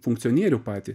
funkcionierių patį